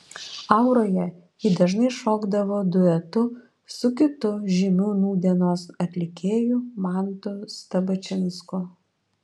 auroje ji dažnai šokdavo duetu su kitu žymiu nūdienos atlikėju mantu stabačinsku